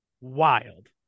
wild